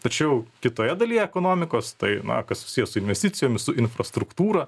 tačiau kitoje dalyje ekonomikos tai na kas susiję su investicijomis su infrastruktūra